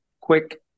quick